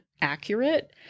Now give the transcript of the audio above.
accurate